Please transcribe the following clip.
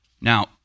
Now